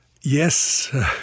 Yes